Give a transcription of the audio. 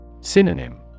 Synonym